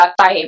time